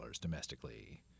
domestically